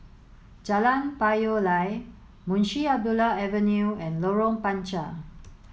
Jalan Payoh Lai Munshi Abdullah Avenue and Lorong Panchar